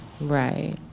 Right